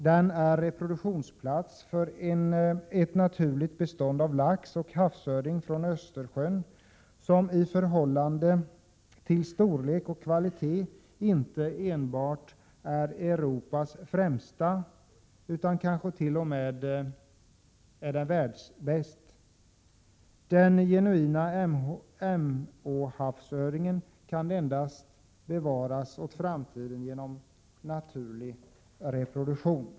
Den är reproduktionsplats för ett naturligt bestånd av lax och havsöring från Östersjön, som i förhållande till storlek och kvalitet inte enbart är Europas främsta, utan kanske t.o.m. världsbäst. Den genuina Emåhavsöringen kan bevaras åt framtiden endast genom naturlig reproduktion.